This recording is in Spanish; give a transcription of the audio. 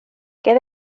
qué